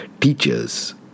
teachers